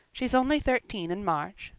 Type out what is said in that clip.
she's only thirteen in march.